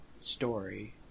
story